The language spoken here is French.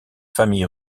famille